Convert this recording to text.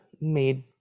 made